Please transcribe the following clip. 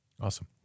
Awesome